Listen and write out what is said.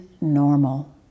normal